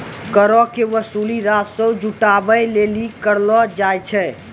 करो के वसूली राजस्व जुटाबै लेली करलो जाय छै